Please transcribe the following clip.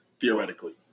theoretically